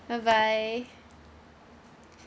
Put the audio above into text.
bye bye